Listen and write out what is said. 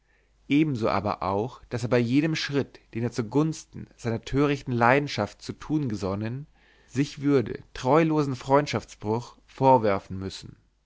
ebenso aber auch daß er bei jedem schritt den er zugunsten seiner törichten leidenschaft zu tun gesonnen sich würde treulosen freundschaftsbruch vorwerfen müssen